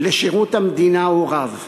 הוא רב.